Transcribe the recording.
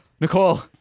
Nicole